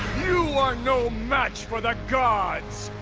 you are no match for the gods!